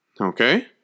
Okay